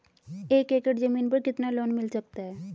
एक एकड़ जमीन पर कितना लोन मिल सकता है?